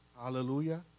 Hallelujah